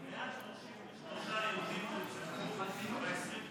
133 יהודים נרצחו,